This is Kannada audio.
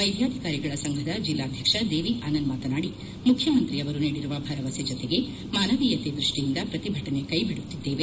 ವೈದ್ಯಾಧಿಕಾರಿಗಳ ಸಂಘದ ಜಿಲ್ಲಾಧ್ಯಕ್ಷ ದೇವಿ ಆನಂದ್ ಮಾತನಾದಿ ಮುಖ್ಯಮಂತ್ರಿ ಅವರು ನೀಡಿರುವ ಭರವಸೆ ಜೊತೆಗೆ ಮಾನವೀಯತೆ ದೃಷ್ಟಿಯಿಂದ ಪ್ರತಿಭಟನೆ ಕೈಬಿಡುತ್ತಿದ್ದೇವೆ